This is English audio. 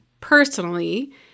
personally